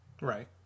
Right